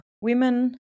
women